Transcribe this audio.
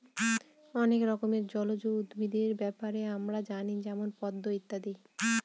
অনেক রকমের জলজ উদ্ভিদের ব্যাপারে আমরা জানি যেমন পদ্ম ইত্যাদি